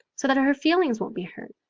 so that her feelings won't be hurt.